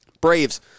Braves